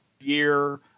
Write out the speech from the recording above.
year